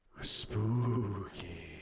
Spooky